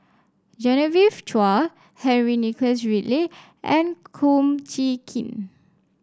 Genevieve Chua Henry Nicholas Ridley and Kum Chee Kin